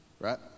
right